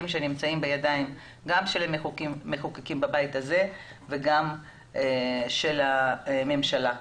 שנמצאים גם בידיים של מחוקקים בבית הזה וגם של הממשלה.